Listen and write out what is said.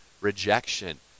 rejection